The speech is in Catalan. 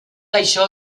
això